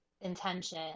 intention